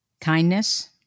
Kindness